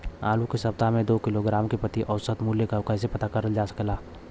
आलू के सप्ताह में दो किलोग्राम क प्रति औसत मूल्य क कैसे पता करल जा सकेला?